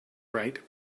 bright